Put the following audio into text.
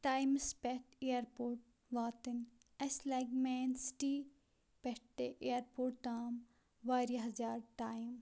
ٹایمَس پیٹھ ایرپوٹ واتٕنۍ اَسہِ لَگہِ مین سِٹی پیٹھٕ تہِ ایرپوٹ تام واریاہ زیادٕ ٹایم